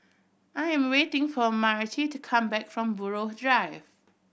I am waiting for Myrtie to come back from Buroh Drive